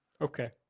Okay